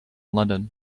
london